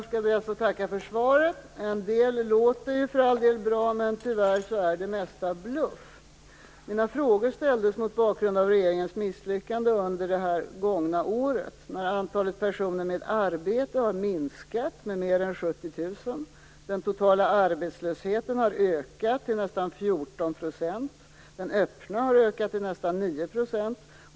Fru talman! Jag tackar för svaret. En del av det låter för all del bra, men tyvärr är det mesta bluff. Mina frågor ställdes mot bakgrund av regeringens misslyckande under det gångna året. Antalet personer med arbete har minskat med mer än 70 000, den totala arbetslösheten har ökat till nästan 14 % och den öppna arbetslösheten har ökat till nästan 9 %.